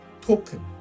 token